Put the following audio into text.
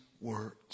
words